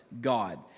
God